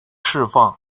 释放